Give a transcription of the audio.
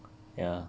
ya